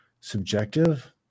subjective